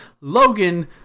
Logan